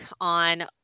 on